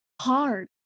hard